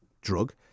drug